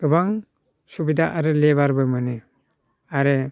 गोबां सुबिदा आरो लेबारबो मोनो आरो